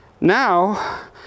now